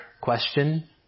question